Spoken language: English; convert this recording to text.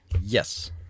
Yes